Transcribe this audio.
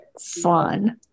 fun